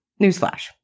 Newsflash